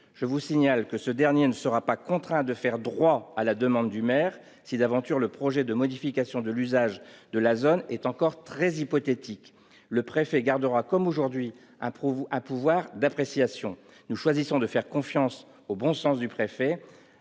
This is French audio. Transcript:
Je souligne que ce dernier ne sera pas contraint de faire droit à la demande du maire si, d'aventure, le projet de modification de l'usage de la zone est encore très hypothétique : le préfet gardera, comme aujourd'hui, un pouvoir d'appréciation. Nous choisissons de faire confiance au bon sens du préfet,